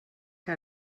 que